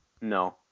No